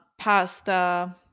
pasta